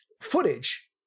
footage